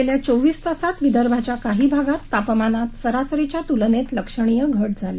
गेल्या चोवीस तासात विदर्भाच्या काही भागात तापमानात सरासरीच्या तुलनेत लक्षणीय घट झाली